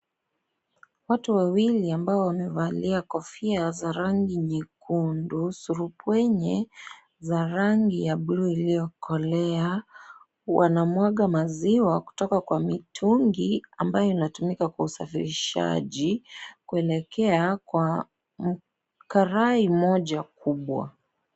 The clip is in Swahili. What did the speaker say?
Watu wawili ambao wamevalia, kofia za rangi nyekundu surupwenye za rangi ya bluu iliyo kolea , wanamwaga maziwa kutoka kwa mitungi ambayo inatumika kwa usafirishaji, kuelekea kwa karai moja kubwa.